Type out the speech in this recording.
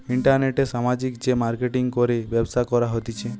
ইন্টারনেটে সামাজিক যে মার্কেটিঙ করে ব্যবসা করা হতিছে